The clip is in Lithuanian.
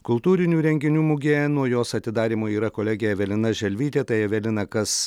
kultūrinių renginių mugėje nuo jos atidarymo yra kolegė evelina želvytė tai evelina kas